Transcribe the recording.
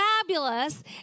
fabulous